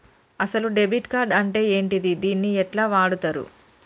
అసలు debit card అంటే ఏంటిది? దీన్ని ఎట్ల వాడుతరు?